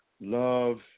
Love